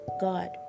God